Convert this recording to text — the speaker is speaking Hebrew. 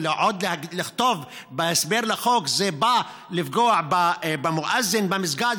ועוד לכתוב בהסבר לחוק: זה בא לפגוע במואזין במסגד,